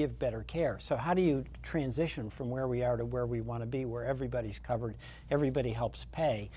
give better care so how do you transition from where we are to where we want to be where everybody is covered everybody helps pay